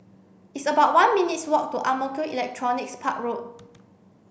it's about one minutes' walk to Ang Mo Kio Electronics Park Road